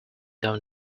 down